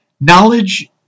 Knowledge